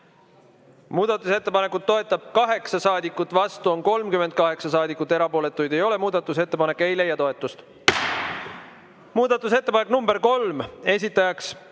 Muudatusettepanekut toetab 8 saadikut, vastu on 38 saadikut, erapooletuid ei ole. Muudatusettepanek ei leia toetust. Muudatusettepanek nr 3, esitajaks